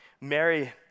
Mary